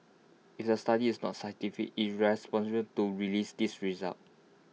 if the study is not scientific irresponsible to release these results